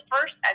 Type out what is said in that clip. first